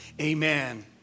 Amen